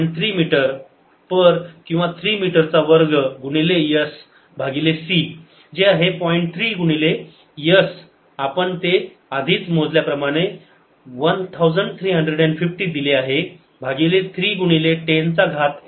3 metre पर किंवा 3 metre चा वर्ग गुणिले S भागिले c जे आहे पॉईंट 3 गुणिले S आपण ते आधीच मोजल्या प्रमाणे 1350 दिले आहे भागिले 3 गुणिले 10 चा घात 8